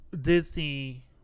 Disney